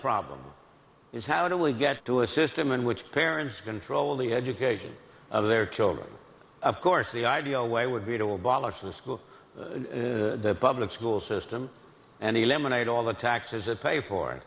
problem is how do we get to a system in which parents control the education of their children of course the ideal way would be to abolish the public school system and eliminate all the taxes that pay for